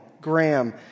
Graham